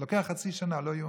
לוקח חצי שנה, לא ייאמן.